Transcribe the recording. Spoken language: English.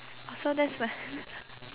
oh so that's when